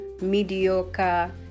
mediocre